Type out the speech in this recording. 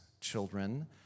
children